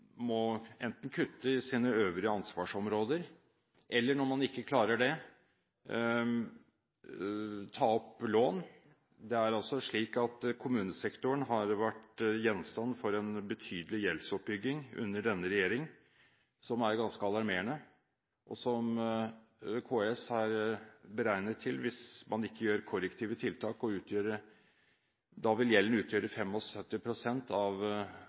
må kutte i sine øvrige ansvarsområder eller, om man ikke klarer det, ta opp lån. Det er slik at kommunesektoren har vært gjenstand for en betydelig gjeldsoppbygging under denne regjering, som er ganske alarmerende, og KS har beregnet gjelden til, hvis man ikke gjør korrektive tiltak og korrigerer kursen, å utgjøre 75 pst. av